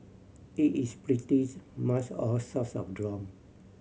it is pretties much all sorts of drown